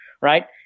right